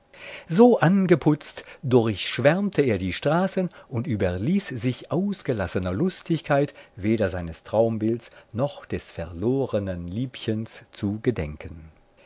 so angeputzt durchschwärmte er die straßen und überließ sich ausgelassener lustigkeit weder seines traumbilds noch des verlornen liebchens zu gedenken